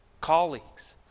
Colleagues